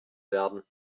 werden